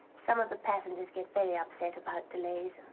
some of the passengers get very upset about delays.